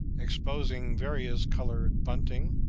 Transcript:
exposing various colored bunting,